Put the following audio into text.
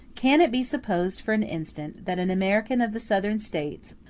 can it be supposed for an instant, that an american of the southern states,